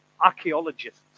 archaeologists